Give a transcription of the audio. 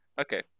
Okay